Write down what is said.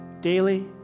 daily